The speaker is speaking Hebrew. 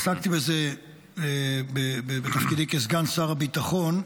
עסקתי בזה בתפקידי כסגן שר הביטחון.